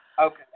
Okay